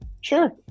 Sure